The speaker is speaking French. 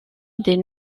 des